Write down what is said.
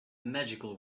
magical